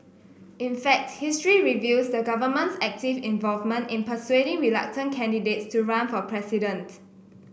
in fact history reveals the government's active involvement in persuading reluctant candidates to run for president